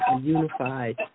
unified